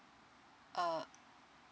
uh